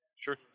Sure